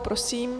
Prosím.